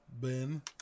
Ben